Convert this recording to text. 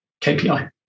KPI